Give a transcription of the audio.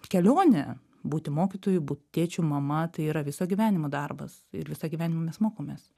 kelionė būti mokytoju būt tėčiu mama tai yra viso gyvenimo darbas ir visą gyvenimą mes mokomės